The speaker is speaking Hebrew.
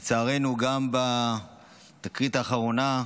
לצערנו, גם בתקרית האחרונה,